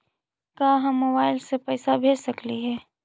का हम मोबाईल से पैसा भेज सकली हे?